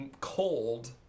cold